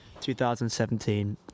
2017